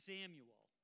Samuel